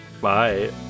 Bye